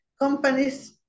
companies